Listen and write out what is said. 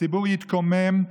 הציבור יתקומם.